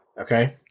Okay